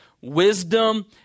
Wisdom